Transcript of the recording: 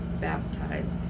baptized